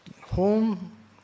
Home